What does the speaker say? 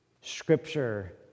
Scripture